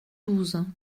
douze